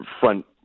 front